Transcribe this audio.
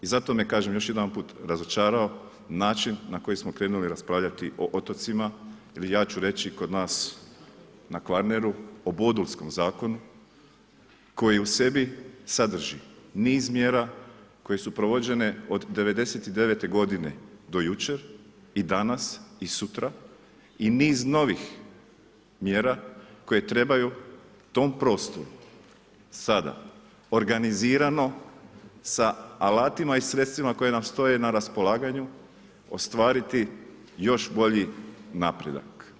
I zato me, kažem još jedanput, razočarao način na koji smo krenuli raspravljati o otocima, ja ću reći kod nas na Kvarneru o Bodulskom zakonu koji u sebi sadrži niz mjera koje su provođene od '99. do jučer i danas i sutra i niz novih mjera koje trebaju tom prostoru sada organizirano sa alatima i sredstvima koje nam stoje na raspolaganju ostvariti još bolji napredak.